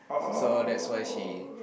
so that's why she